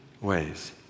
ways